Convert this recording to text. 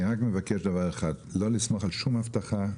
אני רק מבקש דבר אחד, לא לסמוך על שום הבטחה.